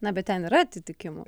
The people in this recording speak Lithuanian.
na bet ten yra atitikimų